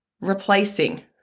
Replacing